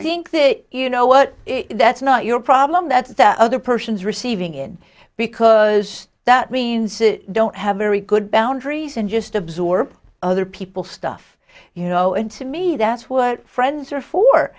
think that you know what if that's not your problem that's the other person's receiving it because that means don't have very good boundaries and just absorb other people stuff you know and to me that's what friends are for